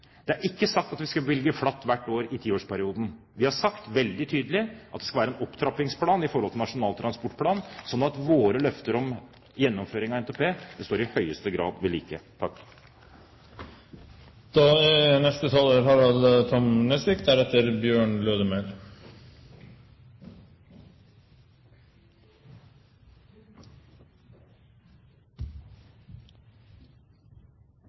ikke sagt at vi skal bevilge flatt hvert år i tiårsperioden. Vi har sagt veldig tydelig at det skal være en opptrappingsplan i forhold til Nasjonal transportplan, slik at våre løfter om gjennomføring av NTP står i høyeste grad ved